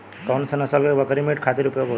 कौन से नसल क बकरी मीट खातिर उपयोग होली?